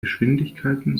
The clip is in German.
geschwindigkeiten